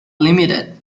limited